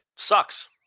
Sucks